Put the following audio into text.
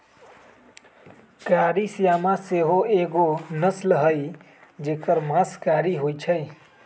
कारी श्यामा सेहो एगो नस्ल हई जेकर मास कारी होइ छइ